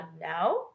now